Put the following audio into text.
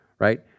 right